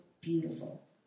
beautiful